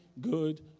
good